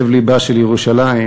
לב לבה של ירושלים,